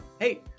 hey